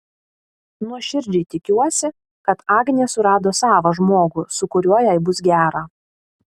nuoširdžiai tikiuosi kad agnė surado savą žmogų su kuriuo jai bus gera